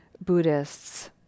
Buddhists